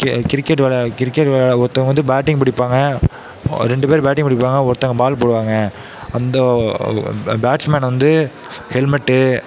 cricket விளாட cricket விளாட ஒருத்தவங்க வந்து பேட்டிங் பிடிப்பாங்க ரெண்டு பேர் பேட்டிங் பிடிப்பாங்க ஒருத்தவங்க பால் போடுவாங்க அந்த பேட்ஸ்மேன் வந்து ஹெல்மெட்டு